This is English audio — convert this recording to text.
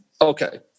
Okay